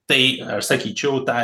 tai aš sakyčiau tą